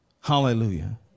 Hallelujah